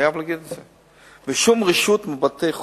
אני חייב להגיד את זה, ושום רשות לבתי-חולים.